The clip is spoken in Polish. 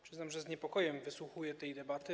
Przyznam, że z niepokojem słucham tej debaty.